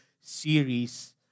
series